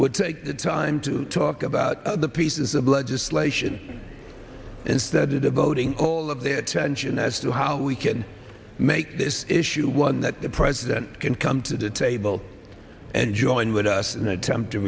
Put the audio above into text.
would take the time to talk about the pieces of legislation instead of devoting all of their attention as to how we can make this issue one that the president can come to the table and join with us in attempt to